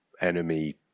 enemy